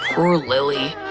poor lily.